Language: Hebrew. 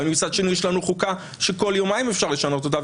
אבל מצד שני יש לנו חוקה שכל יומיים אפשר לשנות אותה,